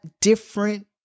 different